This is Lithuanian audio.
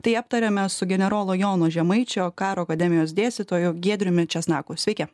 tai aptariame su generolo jono žemaičio karo akademijos dėstytoju giedriumi česnaku sveiki